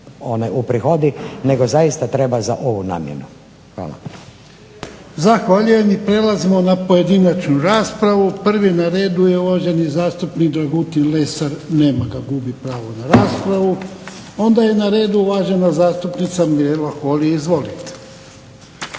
uprihodi nego zaista treba za ovu namjenu. Hvala.